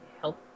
help